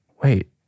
wait